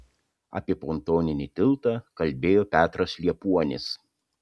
apie pontoninį tiltą kalbėjo petras liepuonis